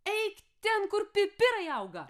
eik ten kur pipirai auga